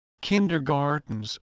kindergartens